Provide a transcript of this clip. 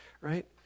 right